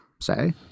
say